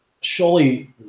surely